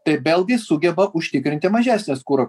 tai belgai sugeba užtikrinti mažesnes kuro